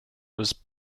was